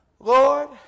Lord